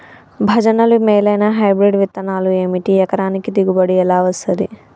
భజనలు మేలైనా హైబ్రిడ్ విత్తనాలు ఏమిటి? ఎకరానికి దిగుబడి ఎలా వస్తది?